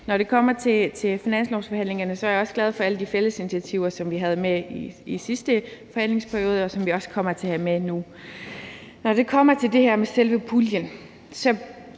Når det kommer til finanslovsforhandlingerne, er jeg også glad for alle de fælles initiativer, som vi havde med i sidste forhandlingsperiode, og som vi også kommer til at have med nu. Når det kommer til det her med selve puljen, er